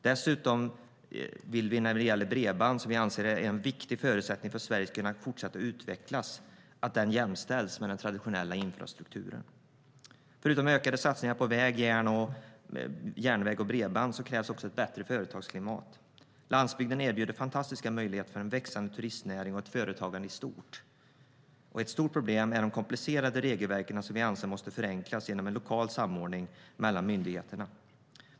Dessutom vill vi att bredband, som vi anser vara en viktig förutsättning för att Sverige ska kunna fortsätta utvecklas, jämställs med den traditionella infrastrukturen. Förutom ökade satsningar på väg, järnväg och bredband krävs ett bättre företagsklimat. Landsbygden erbjuder fantastiska möjligheter för en växande turistnäring och företagande i stort. Ett stort problem är de komplicerade regelverken som vi anser måste förenklas genom lokal samordning mellan myndigheterna.